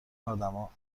آدما